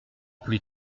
plus